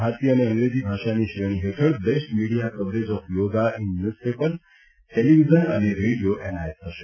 ભારતીય અને અંગ્રેજી ભાષાની શ્રેણી હેઠળ best media coverage of yoga in newspapers television અને રેડિયો એનાયત થશે